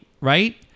right